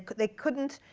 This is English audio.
they couldn't.